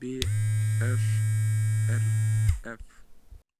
bšrf